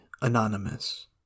Anonymous